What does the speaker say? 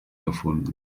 erfunden